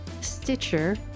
Stitcher